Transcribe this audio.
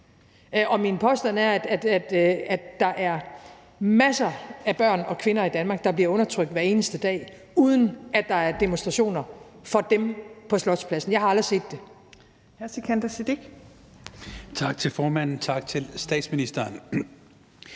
om. Min påstand er, at der er masser af børn og kvinder i Danmark, der bliver undertrykt hver eneste dag, uden at der er demonstrationer for dem på Slotspladsen. Jeg har aldrig set det.